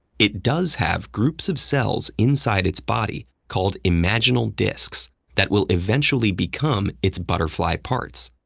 it does have groups of cells inside its body called imaginal discs that will eventually become its butterfly parts.